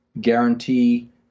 guarantee